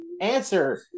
answer